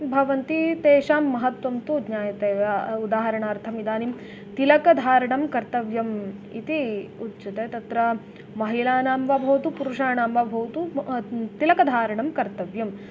भवन्ति तेषां महत्वं तु ज्ञायते वा उदाहरणार्थम् इदानीं तिलकधारणं कर्तव्यम् इति उच्यते तत्र महिलानां वा भवतु पुरुषाणां वा भवतु तिलकधारणं कर्तव्यम्